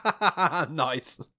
Nice